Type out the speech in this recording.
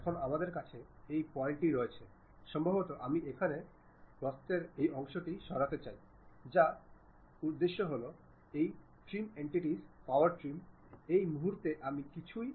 এখন আমি এটি শীর্ষ থেকে দেখতে চাই এটি দেখতে এটির মতোই